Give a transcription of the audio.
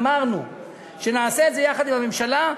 אמרנו שנעשה את זה יחד עם הממשלה,